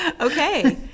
Okay